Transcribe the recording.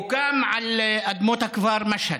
הוא קם על אדמות הכפר משהד,